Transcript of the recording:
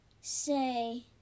say